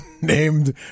named